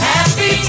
Happy